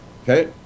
Okay